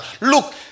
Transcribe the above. Look